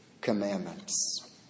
commandments